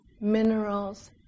minerals